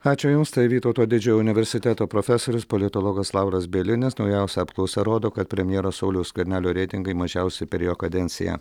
ačiū jums tai vytauto didžiojo universiteto profesorius politologas lauras bielinis naujausia apklausa rodo kad premjero sauliaus skvernelio reitingai mažiausi per jo kadenciją